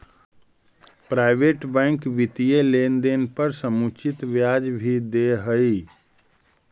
private bank वित्तीय लेनदेन पर समुचित ब्याज भी दे हइ